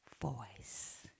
voice